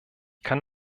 kann